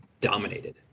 dominated